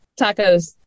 Tacos